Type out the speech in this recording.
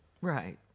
Right